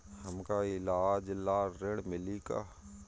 हमका ईलाज ला ऋण मिली का?